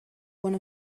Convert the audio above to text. one